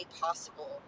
possible